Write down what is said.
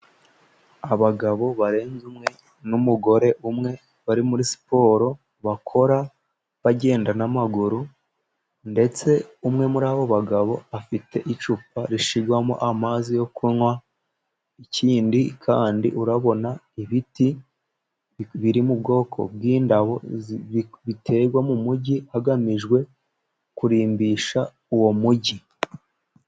Abagabo barenze umwe, n'umugore umwe bari muri siporo bakora bagenda n'amaguru, ndetse umwe muri abo bagabo afite icupa rishyirwamo amazi yo kunywa, ikindi kandi urabona ibiti biri mu bwoko bw'indabo biterwa mu mugi hagamijwe kurimbisha uwo mu mugi.